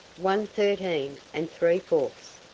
one thirteen and three-fourths,